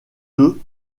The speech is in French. deux